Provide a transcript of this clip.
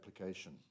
application